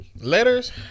Letters